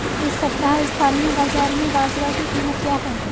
इस सप्ताह स्थानीय बाज़ार में बाजरा की कीमत क्या है?